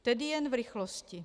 Tedy jen v rychlosti.